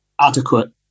adequate